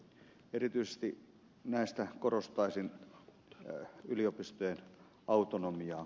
erityisesti korostaisin ylipistojen autonomiaa